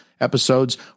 episodes